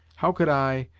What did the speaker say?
how could i,